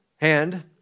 hand